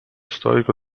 storico